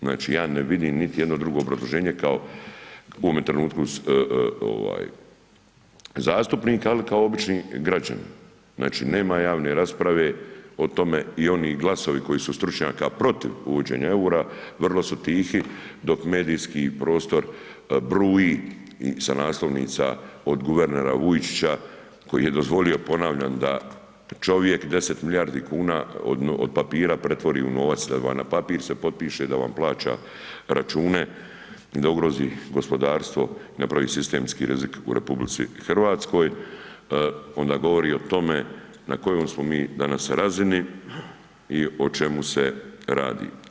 Znači ja ne vidim niti jedno drugo obrazloženje kao u ovome trenutku zastupnika, ali kao obični građanin, znači nema javne rasprave o tome i oni glasovi koji su stručnjaka protiv uvođenja EUR-a vrlo su tihi, dok medijski prostor bruji i sa naslovnica od guvernera Vujčića koji je dozvolio ponavljam da čovjek deset milijardi kuna od papira pretvori u novac da ... na papir se potpiše, da vam plaća račune, da ... gospodarstvo, napravi sistemski rizik u Republici Hrvatskoj, onda govori o tome na kojoj smo mi danas razini, i o čemu se radi.